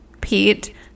Pete